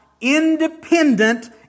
independent